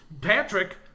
Patrick